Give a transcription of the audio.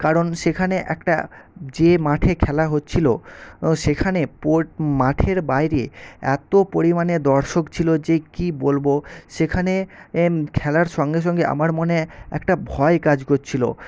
কারণ সেখানে একটা যে মাঠে খেলা হচ্ছিল সেখানে মাঠের বাইরে এত পরিমাণে দর্শক ছিল যে কী বলব সেখানে খেলার সঙ্গে সঙ্গে আমার মনে একটা ভয় কাজ করছিল